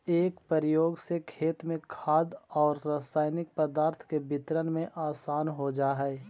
एकर प्रयोग से खेत में खाद औउर रसायनिक पदार्थ के वितरण में आसान हो जा हई